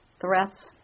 threats